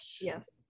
Yes